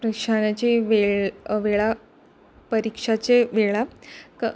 प्रशानाचे वेळ वेळा परीक्षाचे वेळा क